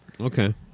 Okay